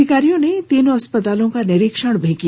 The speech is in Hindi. अधिकारियों ने तीनों अस्पतालों का निरीक्षण भी किया